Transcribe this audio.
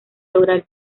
lograr